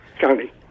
county